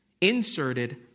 Inserted